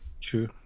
true